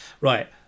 Right